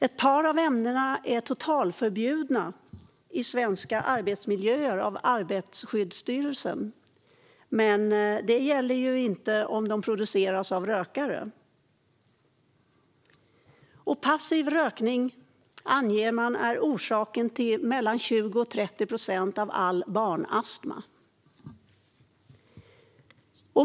Ett par av ämnena är totalförbjudna i svenska arbetsmiljöer av Arbetarskyddsstyrelsen. Men det gäller inte om de produceras av rökare. Det anges vidare att passiv rökning är orsaken till mellan 20 och 30 procent av all barnastma.